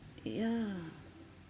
yeah